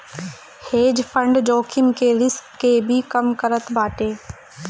hedge fund जोखिम के risk के भी कम करत बाटे